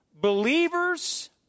believers